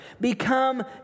Become